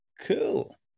Cool